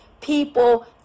people